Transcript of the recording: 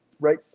Right